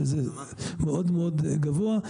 שזה מאוד מאוד גבוה,